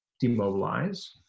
demobilize